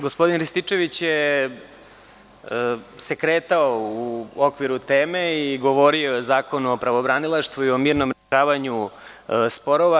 Gospodin Rističević se kretao u okviru teme i govorio je o Zakonu o pravobranilaštvu i o mirnom rešavanju sporova.